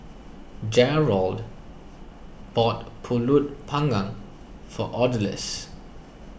Jerrold bought Pulut Panggang for Odalis